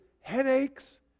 headaches